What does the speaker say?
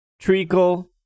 Treacle